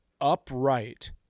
upright